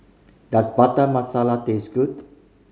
does Butter Masala taste good